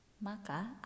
Maka